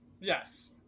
Yes